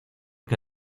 que